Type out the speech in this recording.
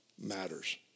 matters